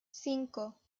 cinco